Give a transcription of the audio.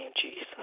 Jesus